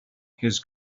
his